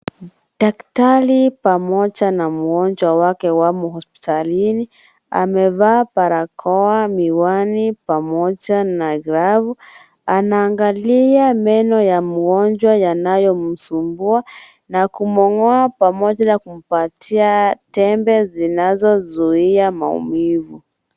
Daktari pamoja na mgonjwa wake wamo hospitalini amevaa barakoa, miwani pamoja na glavu anaangalia meno ya mgonjwa yanayomsumbua na kumng'oa pamoja kumpatia tembe zinazo zuia maumivu.